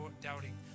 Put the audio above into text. doubting